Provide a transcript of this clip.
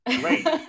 Great